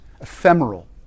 Ephemeral